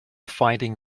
finding